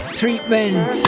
treatment